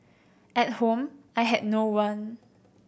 at home I had no one